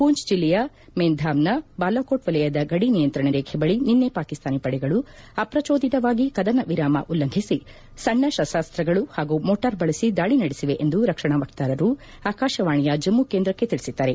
ಪೂಂಚ್ ಜೆಲ್ಲೆಯ ಮೆಂಧಾಮ್ನ ಬಾಲಾಕೋಟ್ ವಲಯದ ಗಡಿ ನಿಯಂತ್ರಣ ರೇಟೆ ಬಳಿ ನಿನ್ನೆ ಪಾಕಿಸ್ತಾನಿ ಪಡೆಗಳು ಅಪ್ರಚೋದಿತವಾಗಿ ಕದನ ವಿರಾಮ ಉಲ್ಲಂಘಿಸಿ ಸಣ್ಣ ಶಸ್ತಾಸ್ತಗಳು ಹಾಗೂ ಮೊರ್ಟಾರ್ ಬಳಸಿ ದಾಳಿ ನಡೆಸಿವೆ ಎಂದು ರಕ್ಷಣಾ ವಕ್ತಾರರು ಆಕಾಶವಾಣಿಯ ಜಮ್ಮ ಕೇಂದ್ರಕ್ಕೆ ತಿಳಿಸಿದ್ದಾರೆ